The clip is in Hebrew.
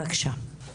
בבקשה.